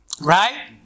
Right